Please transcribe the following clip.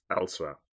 elsewhere